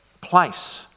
place